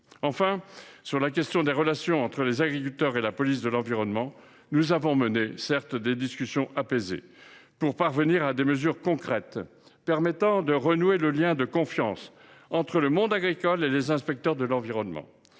Enfin, sur la question des relations entre les agriculteurs et la police de l’environnement, nous avons mené des discussions apaisées pour parvenir à des mesures concrètes susceptibles de permettre de renouer le lien de confiance entre le monde agricole et les inspecteurs de l’environnement.